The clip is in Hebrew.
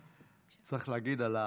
צריך להגיד על הערכים,